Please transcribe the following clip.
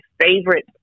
favorite